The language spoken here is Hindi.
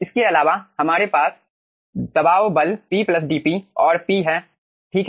इसके अलावा हमारे पास दबाव बल P dP और P है ठीक है